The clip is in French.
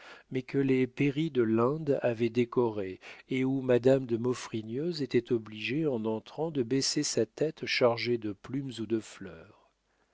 mais que les péris de l'inde avaient décorée et où madame de maufrigneuse était obligée en entrant de baisser sa tête chargée de plumes ou de fleurs